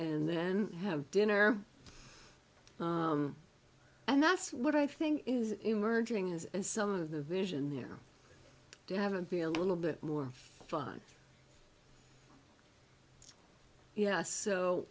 and then have dinner and that's what i think is emerging is and some of the vision there haven't been a little bit more fun yeah so